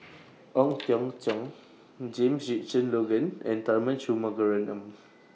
Ong Teng Cheong James Richardson Logan and Tharman Shanmugaratnam